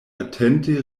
atente